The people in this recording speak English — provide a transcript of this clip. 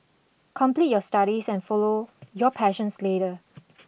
complete your studies and follow your passion later